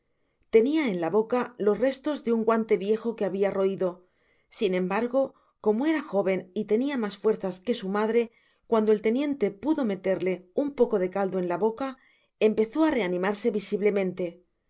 en la boca los restos de un guante viejo que habia roido sin embargo como era jóven y tenia mas fuerzas que su madre cuando el teniente pudo meterle un poco de caldo en la boca empezó á reanimarse visiblemente